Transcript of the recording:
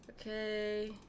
okay